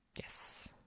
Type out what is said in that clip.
Yes